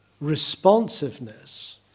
responsiveness